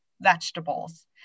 vegetables